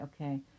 okay